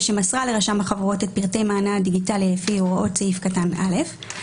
ושמסרה לרשם החברות את פרטי מענה הדיגיטלי לפי הוראות סעיף קטן (א),